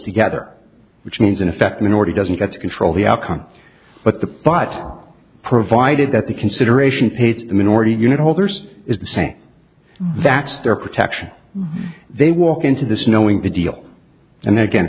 together which means in effect a minority doesn't get to control the outcome but the but provided that the consideration paid to the minority unit holders is the same and that's their protection they walk into this knowing the deal and then again